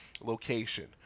Location